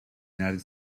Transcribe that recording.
united